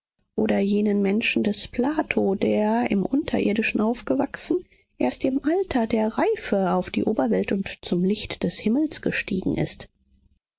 oder jenen menschen des plato der im unterirdischen aufgewachsen erst im alter der reife auf die oberwelt und zum licht des himmels gestiegen ist